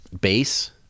base